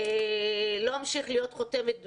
לא המשיך להיות חותמת גומי,